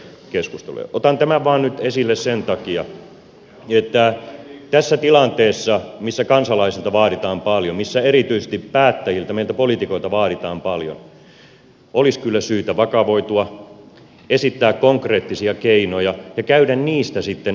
otan tämän nyt esille vain sen takia että tässä tilanteessa missä kansalaisilta vaaditaan paljon missä erityisesti päättäjiltä meiltä poliitikoilta vaaditaan paljon olisi kyllä syytä vakavoitua esittää konkreettisia keinoja ja käydä niistä sitten asiallista keskustelua